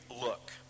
look